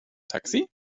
taxi